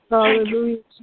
Hallelujah